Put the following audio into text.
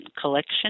collection